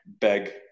beg